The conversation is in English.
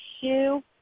shoe